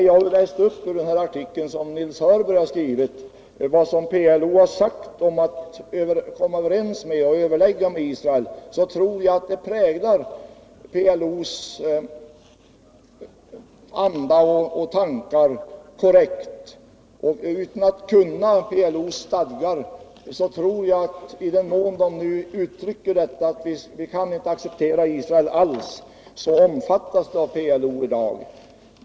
Jag tror att den artikel av Nils Hörberg som jag läste upp och som redovisar vad PLO sagt om att komma överens med eller överlägga med Israel korrekt beskriver PLO:s anda och tankar. Utan att kunna PLO:s stadgar tror jag att PLO, i den mån dessa stadgar ger uttryck för att Israel inte alls kan accepteras, också i dag omfattar denna inställning.